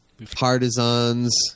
Partisans